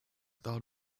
thought